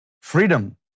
freedom